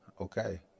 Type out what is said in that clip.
Okay